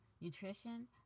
nutrition